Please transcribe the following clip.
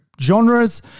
genres